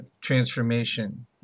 transformation